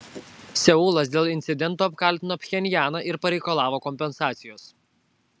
seulas dėl incidento apkaltino pchenjaną ir pareikalavo kompensacijos